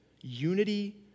unity